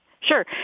Sure